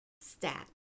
Stat